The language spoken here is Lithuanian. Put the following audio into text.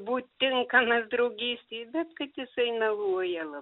būti tinkamas draugystei bet kad jisai meluoja lab